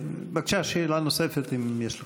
בבקשה, שאלה נוספת, אם יש לך.